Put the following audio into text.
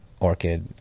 Orchid